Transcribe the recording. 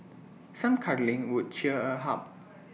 some cuddling would cheer her up